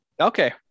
Okay